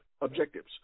objectives